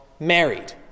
married